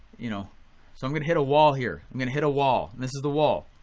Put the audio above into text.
you know so i'm gonna hit a wall here. i'm gonna hit a wall and this is the wall.